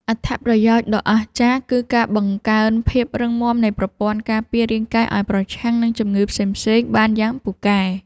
អត្ថប្រយោជន៍ដ៏អស្ចារ្យ គឺការបង្កើនភាពរឹងមាំនៃប្រព័ន្ធការពាររាងកាយឱ្យប្រឆាំងនឹងជំងឺផ្សេងៗបានយ៉ាងពូកែ។